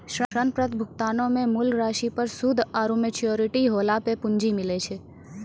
ऋण पत्र भुगतानो मे मूल राशि पर सूद आरु मेच्योरिटी होला पे पूंजी मिलै छै